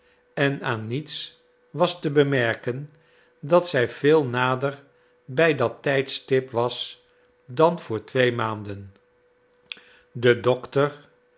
en aan niets was te bemerken dat zij veel nader bij dat tijdstip was dan voor twee maanden de dokter